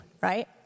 right